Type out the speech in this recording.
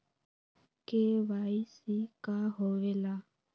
KYC का होवेला?